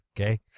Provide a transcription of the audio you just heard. okay